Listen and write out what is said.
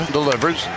delivers